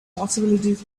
possibilities